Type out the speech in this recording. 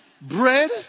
Bread